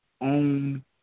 own